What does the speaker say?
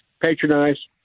patronize